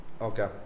okay